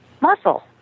muscle